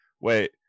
wait